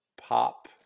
pop